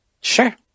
Sure